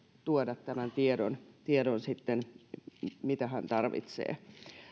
tuoda tämän tiedon tiedon mitä hän tarvitsee